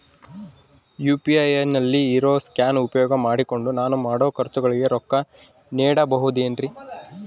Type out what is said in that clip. UPI ನಲ್ಲಿ ಇರೋ scan ಉಪಯೋಗ ಮಾಡಿಕೊಂಡು ನಾನು ಮಾಡೋ ಖರ್ಚುಗಳಿಗೆ ರೊಕ್ಕ ನೇಡಬಹುದೇನ್ರಿ?